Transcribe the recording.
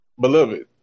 beloved